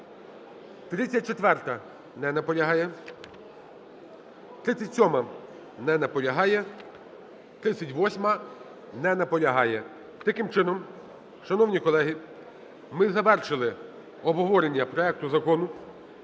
34-а. Не наполягає. 37-а. Не наполягає. 38-а. Не наполягає. Таким чином, шановні колеги, ми завершили обговорення проекту Закону